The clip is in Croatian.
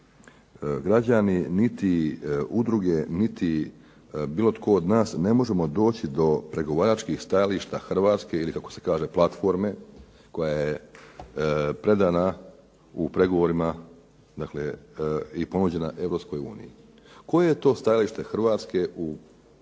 građani, niti udruge, niti bilo tko od nas ne možemo doći do pregovaračkih stajališta Hrvatske ili kako se kaže platforme koja je predana u pregovorima i ponuđena Europskoj uniji? Koje je to stajalište Hrvatske u poglavlju